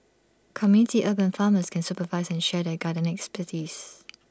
community urban farmers can supervise and share their gardening expertise